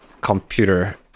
computer